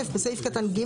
(א) בסעיף קטן (ג),